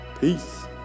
peace